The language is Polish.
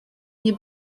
nie